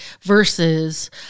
versus